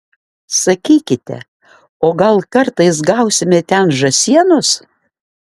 sakykite o gal kartais gausime ten žąsienos